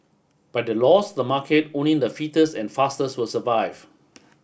by the laws of the market only the fittest and fastest will survive